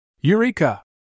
Eureka